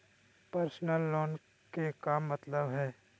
Personal loan के का मतलब हई?